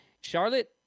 Charlotte